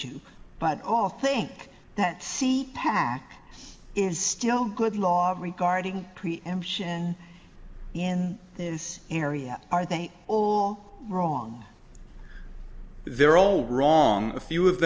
cheap but all think that c pack is still good law regarding preemption in this area are they all wrong they're all wrong a few of